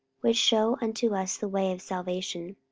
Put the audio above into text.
which shew unto us the way of salvation.